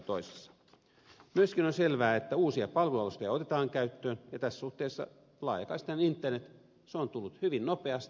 myöskin on selvää että uusia palvelualustoja otetaan käyttöön ja tässä suhteessa laajakaistanen internet on tullut hyvin nopeasti